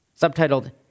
Subtitled